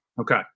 Okay